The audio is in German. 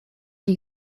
die